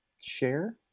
share